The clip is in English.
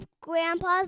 Grandpa's